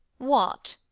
what,